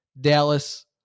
Dallas